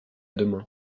demain